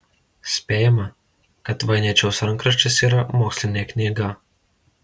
spėjama kad voiničiaus rankraštis yra mokslinė knyga